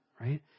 Right